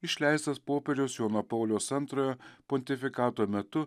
išleistas popiežiaus jono pauliaus antrojo pontifikato metu